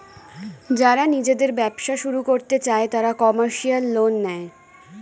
যারা নিজেদের ব্যবসা শুরু করতে চায় তারা কমার্শিয়াল লোন নেয়